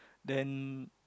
then